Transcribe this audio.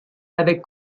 avec